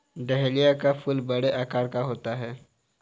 dahlia का फूल बड़े आकार का होता है